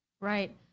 Right